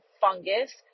fungus